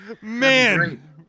Man